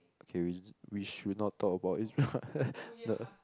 okay we we should not talk about it